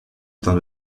dans